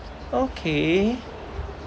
okay